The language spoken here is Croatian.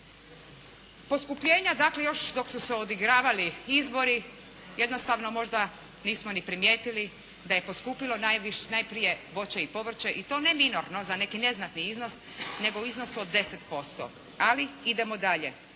Poskupljenja dakle još dok su se odigravali izbori jednostavno možda nismo ni primijetili da je poskupilo najprije voće i povrće i to ne minorno za neki neznatni iznos nego u iznosu od 10%. Ali idemo dalje.